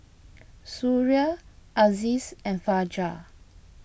Suria Aziz and Fajar